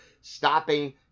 stopping